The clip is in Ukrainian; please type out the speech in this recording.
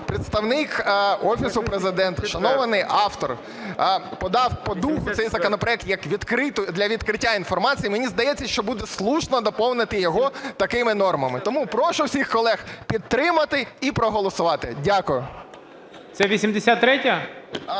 представник Офісу Президента, шанований автор, подав по духу цей законопроект для відкриття інформації, мені здається, що буде слушно доповнити його такими нормами. Тому прошу усіх колег підтримати і проголосувати. Дякую.